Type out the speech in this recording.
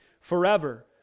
forever